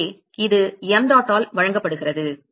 எனவே இது mdot ஆல் வழங்கப்படுகிறது